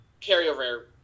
carryover